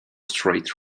street